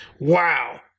Wow